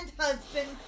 husband